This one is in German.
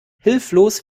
hilflos